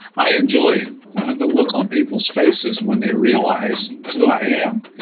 i enjoy the look on people's faces when they realize who i am.